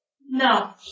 No